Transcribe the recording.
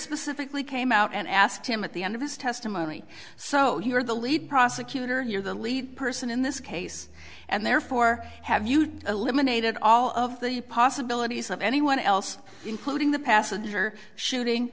specifically came out and asked him at the end of his testimony so here the lead prosecutor you're the lead person in this case and therefore have you eliminated all of the possibilities of anyone else including the passenger shooting